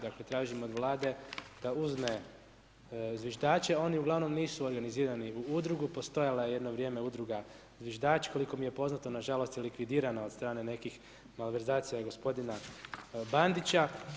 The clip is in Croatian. Dakle, tražim od Vlade da uzme zviždače, oni ugl. nisu organizirani u udrugu, postojala je jedno vrijeme udruga zviždač, koliko mi je poznato, nažalost je likvidirana od strane nekih malverzacija gospodina Bandića.